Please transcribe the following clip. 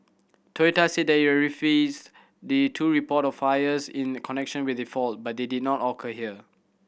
Toyota said it had the two report of fires in connection with the fault but they did not occur here